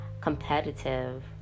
competitive